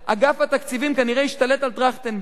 "אגף התקציבים כנראה השתלט על טרכטנברג".